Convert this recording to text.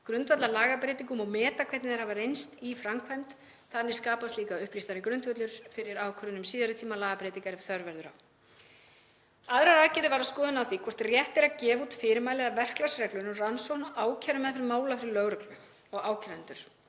grundvallarlagabreytingum og meta hvernig þær hafa reynst í framkvæmd. Þannig skapast líka upplýstari grundvöllur fyrir ákvörðun um síðari tíma lagabreytingar ef þörf verður á. Aðrar aðgerðir væru skoðun á því hvort rétt er að gefa út fyrirmæli eða verklagsreglur um rannsókn og ákærumeðferð mála fyrir lögreglu og ákærendur